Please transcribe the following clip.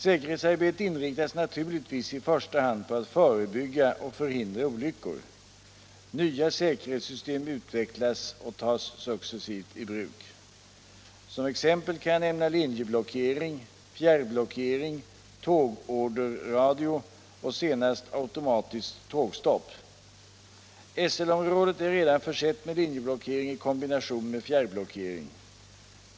Säkerhetsarbetet inriktas naturligtvis i första hand på att förebygga och förhindra olyckor. Nya säkerhetssystem utvecklas och tas successivt i bruk. Som exempel kan jag nämna linjeblockering, fjärrblockering, tågorderradio och senast automatiskt tågstopp. SL-området är redan försett med linjeblockering i kombination med fjärrblockering.